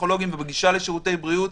הפסיכולוגיים ובגישה לשירותי בריאות,